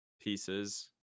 pieces